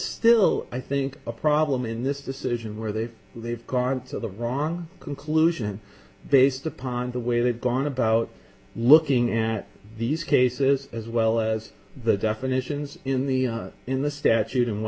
still i think a problem in this decision where they leave current to the wrong conclusion based upon the way they've gone about looking at these cases as well as the definitions in the in the statute and